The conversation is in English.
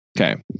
okay